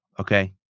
okay